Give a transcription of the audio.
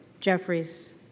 Jeffries